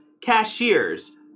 cashiers